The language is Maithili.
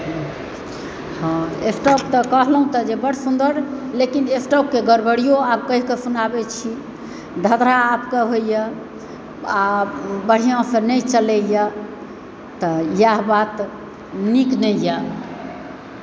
हँ स्टॉप तऽ कहलहुँ तऽ जे बड्ड सुन्दर लेकिन स्टॉपके गड़बड़ीयो आब कहि कऽ सुनाबै छी धधरा आब होइए आब बढ़िआसँ नहि चलैए तऽ इएह बात नीक नहि यऽ